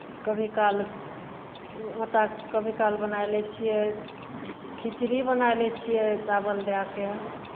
कभी काल ओ आटाके कभी काल बनाए लै छियै खिचड़ी बनाए लै छियै चावल दए कऽ